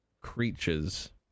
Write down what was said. creatures